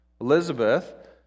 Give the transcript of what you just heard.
Elizabeth